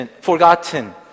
forgotten